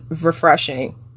refreshing